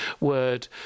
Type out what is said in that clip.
word